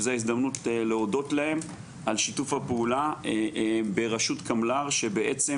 שזו הזדמנות להודות להם על שיתוף הפעולה ברשות קמל"ר שבעצם